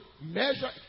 measure